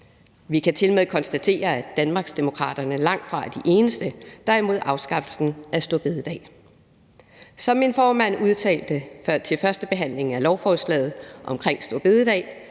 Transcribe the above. Vi kan tilmed konstatere, at Danmarksdemokraterne langtfra er de eneste, der er imod afskaffelsen af store bededag. Som min formand udtalte ved førstebehandlingen af lovforslaget om store bededag,